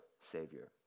Savior